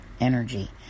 energy